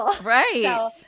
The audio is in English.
Right